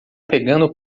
pegando